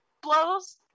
blows